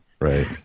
Right